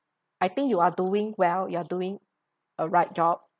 I think you are doing well you are doing a right job